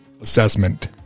assessment